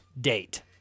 date